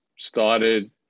started